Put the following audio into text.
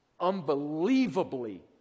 unbelievably